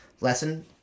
Lesson